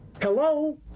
hello